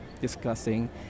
discussing